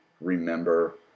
remember